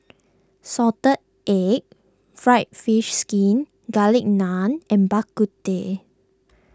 Salted Egg Fried Fish Skin Garlic Naan and Bak Kut Teh